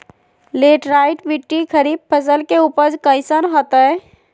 Laterite मिट्टी खरीफ फसल के उपज कईसन हतय?